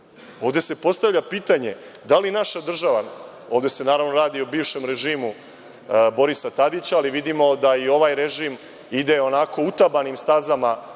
se postavlja pitanje – da li naša država… Ovde se naravno radi o bivšem režimu Borisa Tadića, ali vidimo da i ovaj režim ide utabanim stazama